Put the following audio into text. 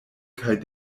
kaj